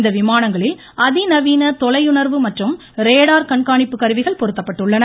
இந்த விமானங்களில் அதி நவீன தொலையுணர்வு மற்றும் ரேடார் கண்காணிப்பு கருவிகள் பொருத்தப்பட்டுள்ளன